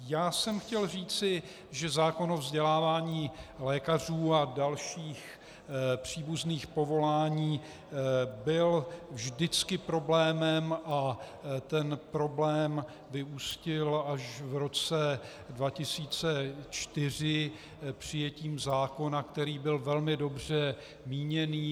Já jsem chtěl říci, že zákon o vzdělávání lékařů a dalších příbuzných povolání byl vždycky problémem a ten problém vyústil až v roce 2004 přijetím zákona, který byl velmi dobře míněný.